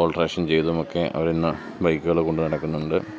alteration ചെയ്തുമൊക്കെ അവർ ഇന്ന് ബൈക്കുകൾ കൊണ്ടു നടക്കുന്നുണ്ട്